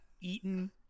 eaten